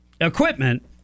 equipment